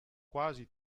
quasi